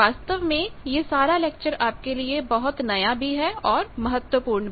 वास्तव में यह सारा लेक्चर आपके लिए बहुत नया भी है और महत्वपूर्ण भी